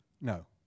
no